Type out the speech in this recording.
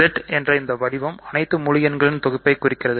Z என்ற இந்த வடிவம் அனைத்து முழு எண்களின் தொகுப்பைக் குறிக்கிறது